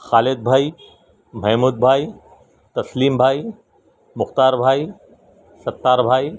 خالد بھائی محمود بھائی تسلیم بھائی مختار بھائی ستّار بھائی